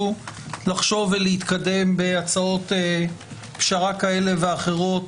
לחשוב ולהתקדם בהצעות פשרה כאלה ואחרות,